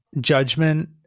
judgment